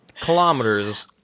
Kilometers